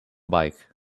bike